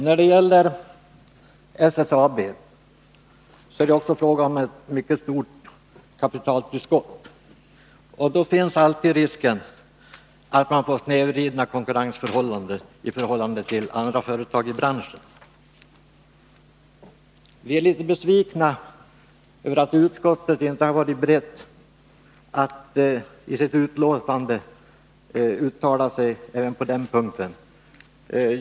När det gäller SSAB är det alltså fråga om ett mycket stort kapitaltillskott. Då finns det alltid en risk för att man får snedvridna konkurrensförhållanden jämfört med andra företag i branschen. Vi är litet besvikna över att utskottet inte har varit berett att i sitt betänkande uttala sig även på den punkten.